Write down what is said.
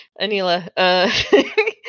Anila